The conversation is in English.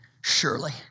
Surely